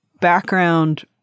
background